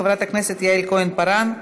חברת הכנסת יעל כהן-פארן,